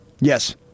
Yes